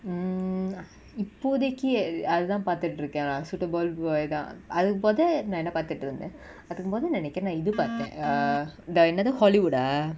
mm ah இப்போதைக்கு:ippothaiku அதுதா பாத்துட்டு இருக்க:athutha paathutu iruka lah suttabulb யேதா அதுக்கு மொத நா என்ன பாத்துட்டு இருந்த அதுக்கு மொதனு நெனைகுர நா இது பாத்த:yetha athuku motha na enna paathutu iruntha athuku mothanu nenaikura na ithu paatha err the என்னது:ennathu hollywood ah